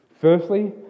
Firstly